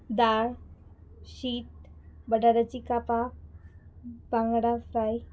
दाळ शीत बटाटाची कापा बांगडा फ्राय